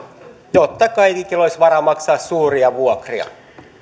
jotta kaikilla olisi varaa maksaa suuria vuokria